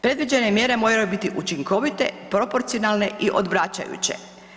Predviđene mjere moraju biti učinkovite, proporcionalne i odvraćajuće.